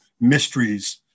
mysteries